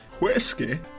Whiskey